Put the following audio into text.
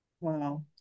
Wow